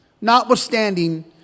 notwithstanding